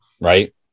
right